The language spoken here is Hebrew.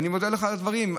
אני מודה לך על הדברים.